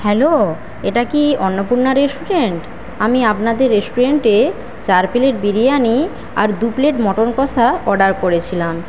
hello এটা কি Annapurna restaurant আমি আপনাদের রেস্টুরেন্টে চার প্লেট বিরিয়ানি আর দু প্লেট মটন কষা অর্ডার করেছিলাম